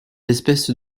espèces